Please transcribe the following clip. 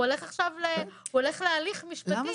הוא הולך עכשיו להליך משפטי.